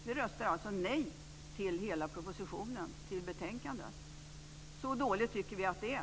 Vi röstar alltså nej till hela propositionen, till betänkandet. Så dåligt tycker vi att det är.